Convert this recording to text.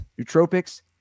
Nootropics